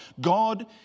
God